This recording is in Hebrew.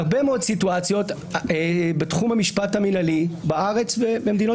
בהרבה מאוד סיטואציות בתחום המשפט המנהלי בארץ ובמדינות